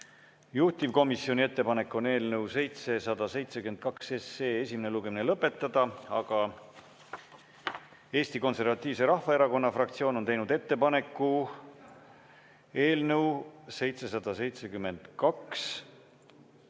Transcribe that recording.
Juhtivkomisjoni ettepanek on eelnõu 772 esimene lugemine lõpetada, aga Eesti Konservatiivse Rahvaerakonna fraktsioon on teinud ettepaneku eelnõu 772